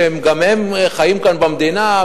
שגם הם חיים כאן במדינה,